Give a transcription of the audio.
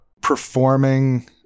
performing